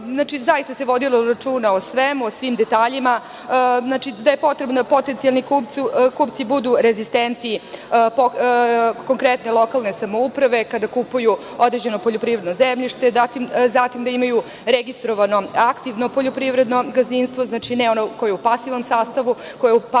da, zaista se vodilo računa o svemu, o svim detaljima, da je potrebno da potencijalni kupci budu rezistenti konkretne lokalne samouprave kada kupuju određeno poljoprivredno zemljište, zatim da imaju registrovano aktivno poljoprivredno gazdinstvo, znači ne ono koje je u pasivnom sastavu, koje je pasivnom